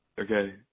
Okay